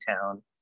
town